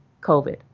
COVID